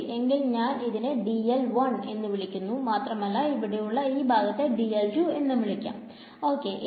ശെരി എങ്കിൽ ഞാൻ ഇതിനെ എന്നു വിളിക്കുന്നു മാത്രമല്ല ഇവിടെയുള്ള ഈ ഭാഗത്തെ എന്നും വിളിക്കാം ഓക്കേ